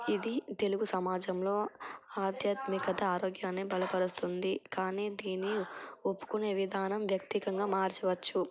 ఇది తెలుగు సమాజంలో ఆధ్యాత్మికత ఆరోగ్యాన్ని బలకరుస్తుంది కానీ దీని ఒప్పుకునే విధానం వ్యక్తిపరంగా మార్చవచ్చు